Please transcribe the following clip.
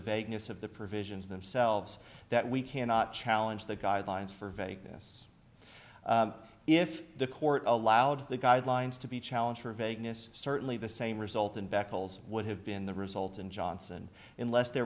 vagueness of the provisions themselves that we cannot challenge the guidelines for vagueness if the court all allowed the guidelines to be challenge for vagueness certainly the same result in beccles would have been the result in johnson unless there